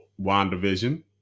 Wandavision